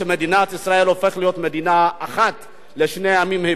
שמדינת ישראל הופכת להיות מדינה אחת לשני עמים.